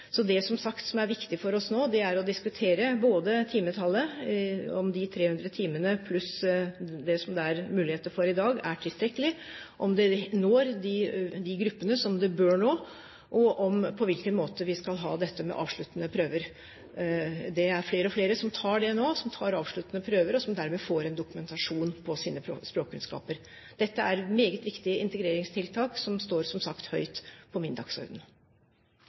Det som er viktig for oss nå, er å diskutere timetallet – om de 300 timene pluss det som det er muligheter for i dag, er tilstrekkelig, om det når de gruppene som det bør nå, og på hvilken måte vi skal ha avsluttende prøver. Det er flere og flere som tar avsluttende prøver nå, og som dermed får en dokumentasjon på sine språkkunnskaper. Dette er meget viktige integreringstiltak som står